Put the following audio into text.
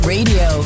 Radio